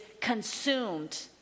consumed